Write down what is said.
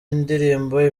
indirimbo